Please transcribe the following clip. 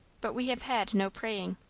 but we have had no praying.